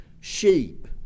sheep